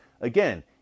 again